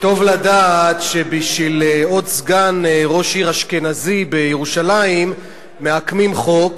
טוב לדעת שבשביל עוד סגן ראש עיר אשכנזי בירושלים מעקמים חוק,